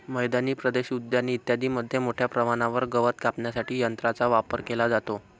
मैदानी प्रदेश, उद्याने इत्यादींमध्ये मोठ्या प्रमाणावर गवत कापण्यासाठी यंत्रांचा वापर केला जातो